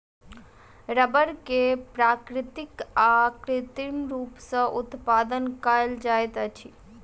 रबड़ के प्राकृतिक आ कृत्रिम रूप सॅ उत्पादन कयल जाइत अछि